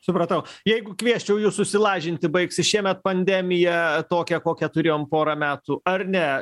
supratau jeigu kviesčiau jus susilažinti baigsis šiemet pandemija tokia kokią turėjom porą metų ar ne